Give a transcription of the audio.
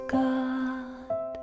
god